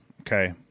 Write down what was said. Okay